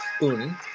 Un